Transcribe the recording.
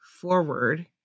forward